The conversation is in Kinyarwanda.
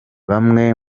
bamwe